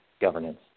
governance